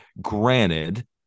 Granted